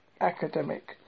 academic